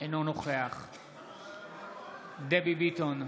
אינו נוכח דבי ביטון,